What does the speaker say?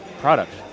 product